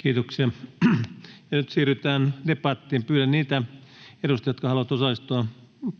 Kiitoksia. — Ja nyt siirrytään debattiin. Pyydän niitä edustajia, jotka haluavat osallistua,